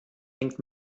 hängt